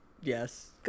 yes